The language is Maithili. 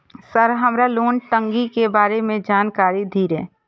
सर हमरा लोन टंगी के बारे में जान कारी धीरे?